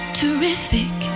terrific